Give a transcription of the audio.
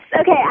okay